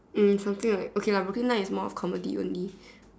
mm some thing like okay lah Brooklyn nine is more of comedy only